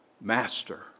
Master